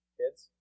kids